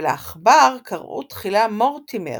ולעכבר קראו תחילה "מורטימר",